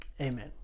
Amen